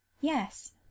yes